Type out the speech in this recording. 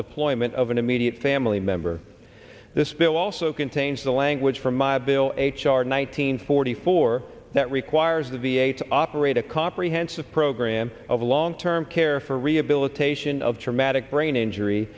deployment of an immediate family member this bill also contains the language from my bill h r nine hundred forty four that requires the v a to operate a comprehensive program of long term care for rehabilitation of traumatic brain injury